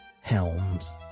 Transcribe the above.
helms